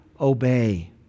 obey